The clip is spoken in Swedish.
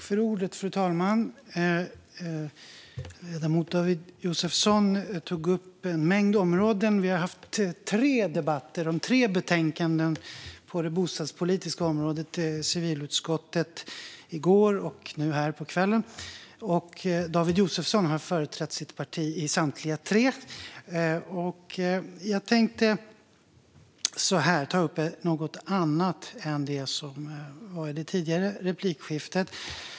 Fru talman! Ledamoten David Josefsson tog upp en mängd områden. Vi hade två debatter i går om två betänkanden från civilutskottet på det bostadspolitiska området. Och nu på kvällen har vi en debatt om ett betänkande från civilutskottet på det bostadspolitiska området. David Josefsson har företrätt sitt parti i samtliga tre. Jag tänkte ta upp något annat än det som togs upp i det tidigare replikskiftet.